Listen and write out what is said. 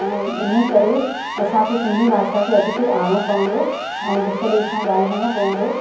ऐं इन ई करे असांखे सिंधी भाषा खे अॻिते आणणो पवंदो ऐं हिक ॿिए सां ॻाल्हाइणो पवंदो